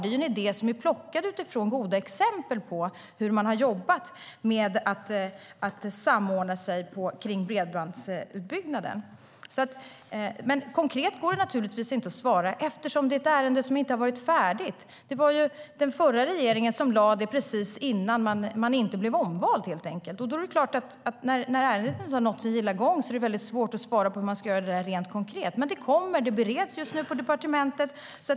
Det är en idé som är plockad utifrån goda exempel på hur man samordnat sig kring bredbandsutbyggnaden. Men konkret går det naturligtvis inte att svara, eftersom det är ett ärende som inte har varit färdigt. Det var den förra regeringen som tillsatte utredningen precis före det val där man inte blev omvald. När ärendet inte har gått sin gilla gång är det klart att det är väldigt svårt att svara på hur man ska göra rent konkret. Men det kommer. Det bereds just nu på departementet.